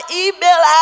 email